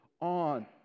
on